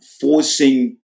forcing